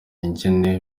ingene